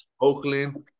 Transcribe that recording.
Oakland